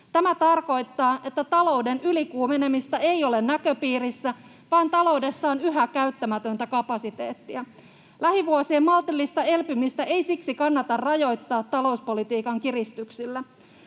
Tämä tarkoittaa, että talouden ylikuumenemista ei ole näköpiirissä vaan taloudessa on yhä käyttämätöntä kapasiteettia. Lähivuosien maltillista elpymistä ei siksi kannata rajoittaa talouspolitiikan kiristyksillä.